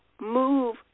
move